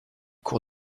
cours